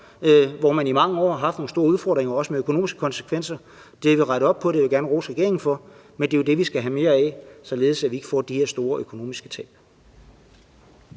hvor man i mange år har haft nogle store udfordringer, også med økonomiske konsekvenser. Det har vi rettet op på, det vil jeg gerne rose regeringen for. Men det er jo det, vi skal have mere af, således at vi ikke får de her store økonomiske tab.